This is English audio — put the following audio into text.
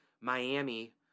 Miami